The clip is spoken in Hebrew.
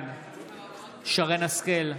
בעד שרן מרים השכל,